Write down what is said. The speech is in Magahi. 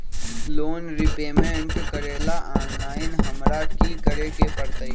लोन रिपेमेंट करेला ऑनलाइन हमरा की करे के परतई?